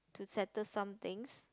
to settle some things